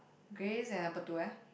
Grey's and apa itu eh